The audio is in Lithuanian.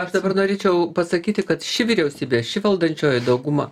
aš dabar norėčiau pasakyti kad ši vyriausybė ši valdančioji dauguma